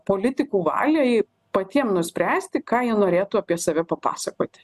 politikų valiai patiem nuspręsti ką jie norėtų apie save papasakoti